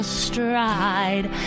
stride